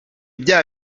bya